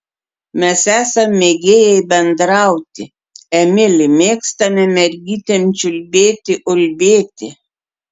mes esam mėgėjai bendrauti emili mėgstame mergytėm čiulbėti ulbėti